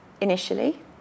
initially